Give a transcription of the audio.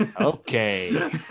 Okay